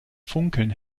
funkeln